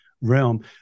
realm